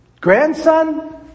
grandson